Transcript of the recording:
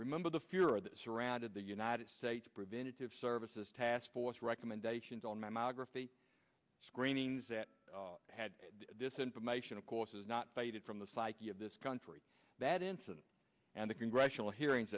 remember the fear that surrounded the united states preventative services task force recommendations on my margraf the screenings that had this information of course is not faded from the psyche of this country that incident and the congressional hearings